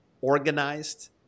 organized